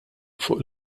fuq